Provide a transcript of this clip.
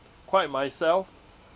quite myself